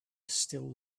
still